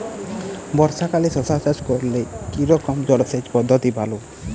বর্ষাকালে শশা চাষ করলে কি রকম জলসেচ পদ্ধতি ভালো?